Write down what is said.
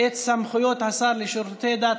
את סמכויות השר לשירותי דת,